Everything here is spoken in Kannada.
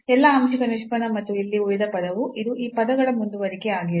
ಎಲ್ಲಾ ಆಂಶಿಕ ನಿಷ್ಪನ್ನ ಮತ್ತು ಇಲ್ಲಿ ಉಳಿದ ಪದವು ಇದು ಈ ಪದಗಳ ಮುಂದುವರಿಕೆ ಆಗಿದೆ